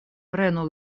prenu